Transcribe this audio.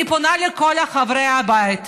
אני פונה לכל חברי הבית,